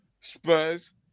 Spurs